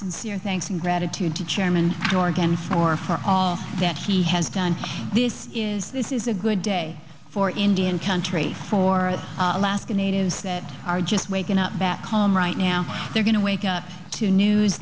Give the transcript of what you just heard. thanks and gratitude chairman dorgan for for all that he has done this is this is a good day for indian country for alaska natives that are just waking up back home right now they're going to wake up to news